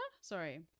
Sorry